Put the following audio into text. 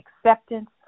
acceptance